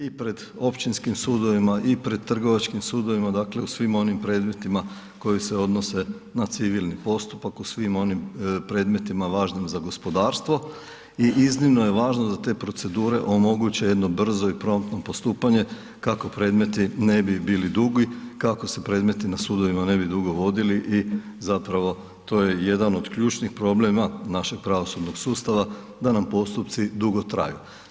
i pred općinskim sudovima i pred trgovačkim sudovima, dakle u svim onim predmetima koji se odnose na civilni postupak, u svim onim predmetima važnim za gospodarstvo i iznimno je važno da te procedure omoguće jedno brzo i promptno postupanje kako predmeti ne bi bili dugi, kako se predmeti na sudovima ne bi dugo vodili i zapravo to je jedan od ključnih problema našeg pravosudnog sustava da nam postupci drugo traju.